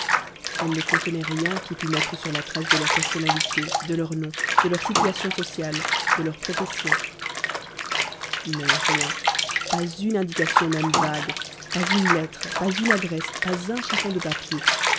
elles ne contenaient rien qui put mettre sur la trace de leur personnalité de leur nom de leur situation sociale de leur profession non rien pas une indication même vague pas une lettre pas une adresse pas un chiffon de papier